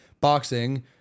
boxing